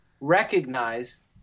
recognize